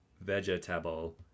vegetable